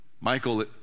michael